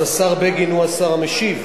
אז השר בגין הוא השר המשיב?